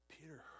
Peter